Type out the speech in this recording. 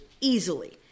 easily